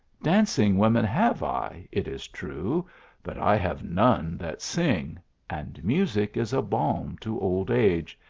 dancing women, have i, it is true but i have none that sing and music is a balm to old age.